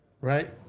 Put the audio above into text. right